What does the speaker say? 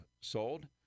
sold